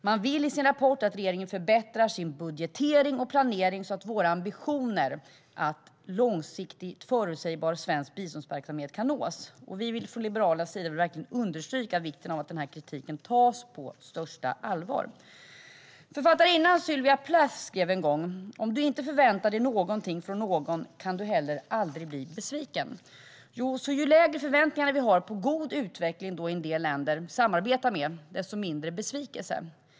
Riksrevisionen vill att regeringen förbättrar sin budgetering och planering, så att våra ambitioner om en långsiktigt förutsägbar svensk biståndsverksamhet kan nås. Från Liberalernas sida vill vi understryka vikten av att den här kritiken tas på största allvar. Författarinnan Sylvia Plath skrev en gång: Om du inte förväntar dig någonting från någon kan du heller aldrig bli besviken. Så ju lägre förväntningar vi har på god utveckling i en del länder som vi samarbetar med, desto mindre besvikelse.